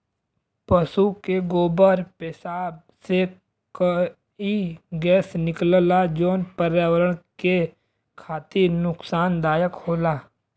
पसु के गोबर पेसाब से कई गैस निकलला जौन पर्यावरण के खातिर नुकसानदायक होला